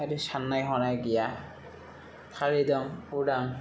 आरो सान्नाय हनाय गैया खालि दं उदां